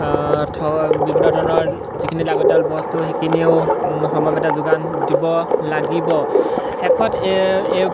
বিভিন্ন ধৰণৰ যিখিনি লাগতিয়াল বস্তু সেইখিনিও সময়মতে যোগান দিব লাগিব শেষত